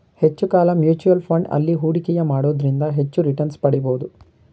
ಹೆಚ್ಚು ಕಾಲ mutual fund ಅಲ್ಲಿ ಹೂಡಿಕೆಯ ಮಾಡೋದ್ರಿಂದ ಹೆಚ್ಚು ರಿಟನ್ಸ್ ಪಡಿಬೋದು